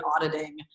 auditing